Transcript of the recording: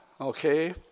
Okay